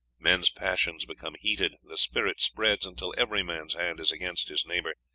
men's passions become heated, the spirit spreads until every man's hand is against his neighbour,